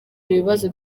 ibibazo